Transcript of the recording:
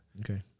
Okay